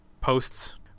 posts